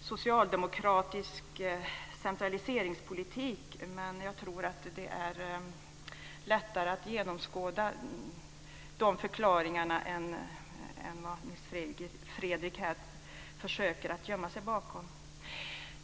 socialdemokratisk centraliseringspolitik. Men jag tror att det är lätt att genomskåda de förklaringar som Nils Fredrik försöker gömma sig bakom.